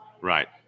Right